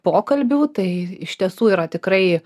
pokalbių tai iš tiesų yra tikrai